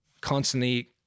constantly